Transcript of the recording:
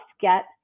get